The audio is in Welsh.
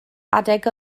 adeg